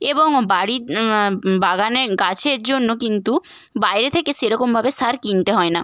এবং বাড়ির বাগানে গাছের জন্য কিন্তু বাইরে থেকে সেরকমভাবে সার কিনতে হয় না